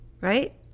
right